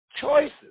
choices